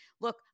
look